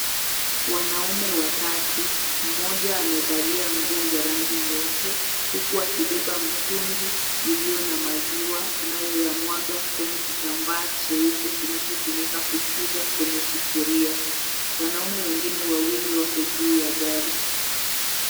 Wanaume watatu, mmoja amevalia nguo za rangi nyeupe, huku akibeba mtungi ulio na maziwa anayoyamwaga kwenye kitambaa cheupe kinachotumika kuchuja kwenye sufuria. Wanaume wengine wawili wako juu ya gari.